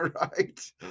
Right